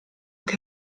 che